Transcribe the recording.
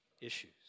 issues